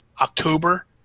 October